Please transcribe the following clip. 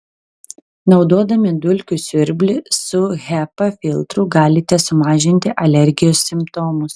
naudodami dulkių siurblį su hepa filtru galite sumažinti alergijos simptomus